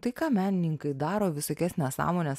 tai ką menininkai daro visokias nesąmones